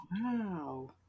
Wow